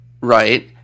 right